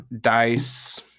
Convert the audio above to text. DICE